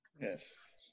Yes